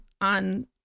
on